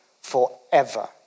forever